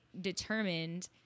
determined